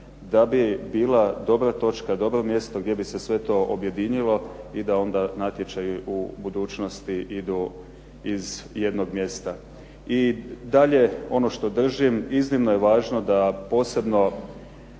da bi bila dobra točka, dobro mjesto gdje bi se sve to objedinilo i da onda natječaji u budućnosti idu iz jednog mjesta. I dalje ono što držim iznimno je važno da posebno